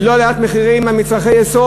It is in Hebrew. ולא על עליית מחירים של מצרכי היסוד.